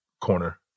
corner